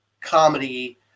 comedy